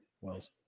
Wells